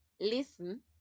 listen